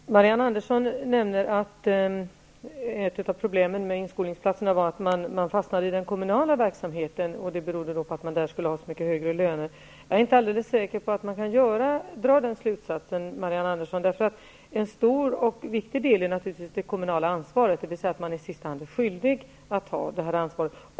Herr talman! Marianne Andersson nämnde att ett av problemen med inskolningsplatserna är att man kan fastna i den kommunala verksamheten och att det skulle bero på att man där har så mycket högre löner. Jag är inte alldeles övertygad om att man kan dra den slutsatsen. En stor och viktig del är naturligtvis det kommunala ansvaret, dvs. att man i sista hand är skyldig att ta det ansvaret.